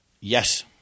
Yes